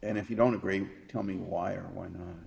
and if you don't agree tell me why or why not